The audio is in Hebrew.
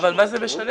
אבל מה זה משנה?